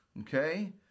Okay